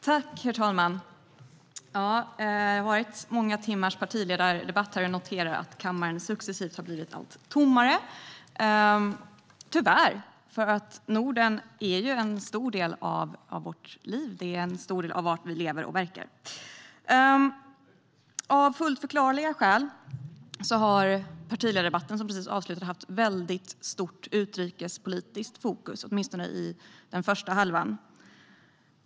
Herr talman! Det har varit många timmars partiledardebatt här, och jag noterar att kammaren successivt har blivit allt tommare. Tyvärr, vill jag tillägga, för Norden är en stor del av vårt liv och en stor del av var vi lever och verkar. Av fullt förklarliga skäl har partiledardebatten som precis har avslutats haft mycket stort utrikespolitiskt fokus, åtminstone under den första halvan.